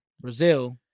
Brazil